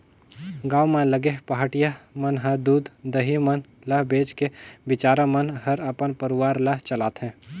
गांव म लगे पहाटिया मन ह दूद, दही मन ल बेच के बिचारा मन हर अपन परवार ल चलाथे